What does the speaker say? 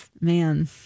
man